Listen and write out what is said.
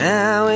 Now